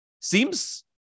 seems